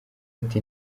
ati